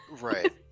Right